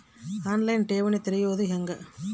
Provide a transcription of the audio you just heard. On line ಠೇವಣಿ ತೆರೆಯೋದು ಹೆಂಗ?